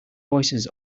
voices